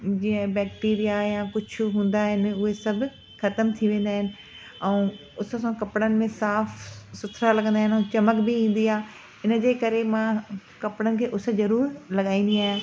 जीअं बेकिटीरीया यां कुझु हूंदा आहिनि उहे सभु ख़तम थी वेंदा आहिनि ऐं उस सां कपिड़नि में साफ़ु सुथिरा लॻंदा आहिनि ऐं चमकि बि ईंदी आहे इन जे करे मां कपिड़नि खे उस ज़रूरु लॻाईंदी आहियां